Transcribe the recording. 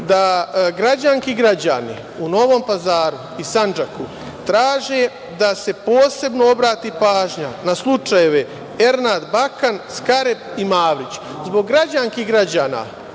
da građanke i građani u Novom Pazaru i Sandžaku traže da se posebno obrati pažnja na slučajeve Ernad Bakan, Skarep i Mavrić. Zbog građanki i građana